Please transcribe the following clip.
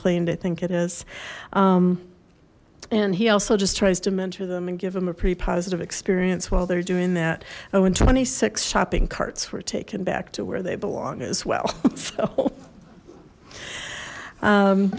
cleaned i think it is and he also just tries to mentor them and give him a pretty positive experience while they're doing that i went twenty six shopping carts were taken back to where they belong as well